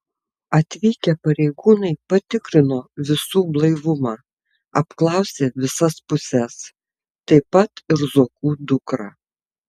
atvykę pareigūnai patikrino visų blaivumą apklausė visas puses taip pat ir zuokų dukrą